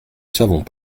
savons